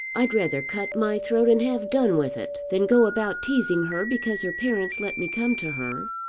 i'd rather cut my throat and have done with it than go about teasing her because her parents let me come to her.